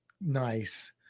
nice